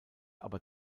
aber